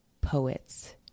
poet's